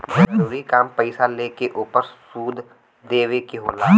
जरूरी काम पईसा लेके ओपर सूद देवे के होला